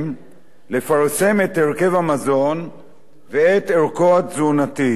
לפרסם את הרכב המזון ואת ערכו התזונתי,